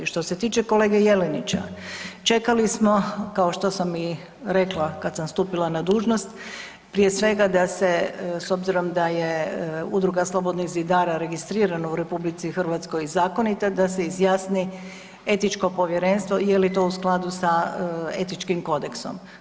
Što se tiče kolege Jelenića čekali smo kao što sam i rekla kad sam stupila na dužnost prije svega da se s obzirom da je Udruga slobodnih zidara registrirana u RH i zakonita da se izjasni Etičko povjerenstvo je li to u skladu sa etičkim kodeksom.